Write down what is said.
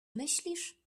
myślisz